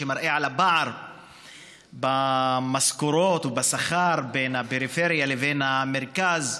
שמראה את הפער במשכורות ובשכר בין הפריפריה לבין המרכז,